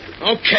Okay